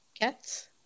Cats